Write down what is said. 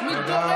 אז מי שרוצה